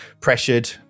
pressured